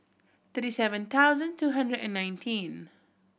thirty seven thousand two hundred and nineteen